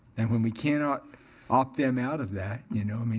and when we cannot opt them out of that, you know, i mean